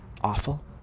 awful